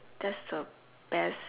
that's the best